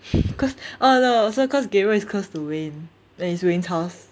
cause oh no also cause gabriel is close to wayne then it's wayne's house